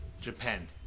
Japan